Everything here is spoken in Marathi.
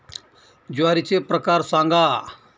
ज्वारीचे प्रकार सांगा